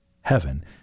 heaven